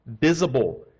visible